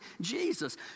Jesus